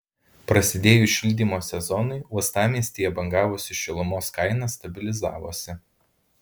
prasidėjus šildymo sezonui uostamiestyje bangavusi šilumos kaina stabilizavosi